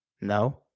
No